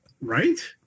Right